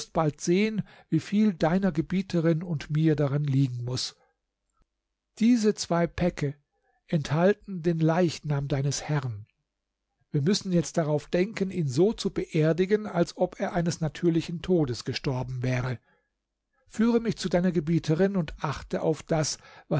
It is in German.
bald sehen wie viel deiner gebieterin und mir daran liegen muß diese zwei päcke enthalten den leichnam deines herrn wir müssen jetzt darauf denken ihn so zu beerdigen als ob er eines natürlichen todes gestorben wäre führe mich zu deiner gebieterin und achte auf das